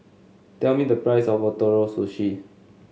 tell me the price of Ootoro Sushi